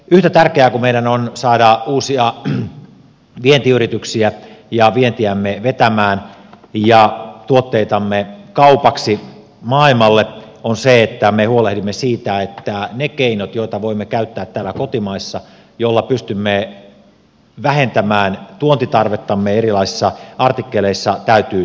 yhtä tärkeää kuin meidän on saada uusia vientiyrityksiä ja vientiämme vetämään ja tuotteitamme kaupaksi maailmalle on se että me huolehdimme siitä että ne keinot joita voimme käyttää täällä kotimaassa joilla pystymme vähentämään tuontitarvettamme erilaisissa artikkeleissa täytyy käyttää